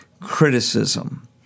criticism